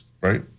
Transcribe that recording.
right